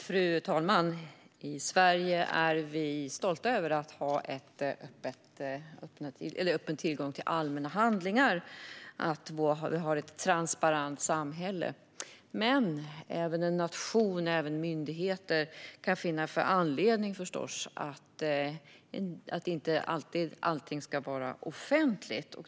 Fru talman! I Sverige är vi stolta över att vi har en öppen tillgång till allmänna handlingar och att vi har ett transparent samhälle. Men även en nation och myndigheter kan finna att det finns anledning till att allting inte alltid ska vara offentligt.